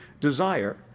desire